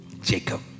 Jacob